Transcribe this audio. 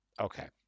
okay